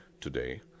today